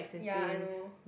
ya I know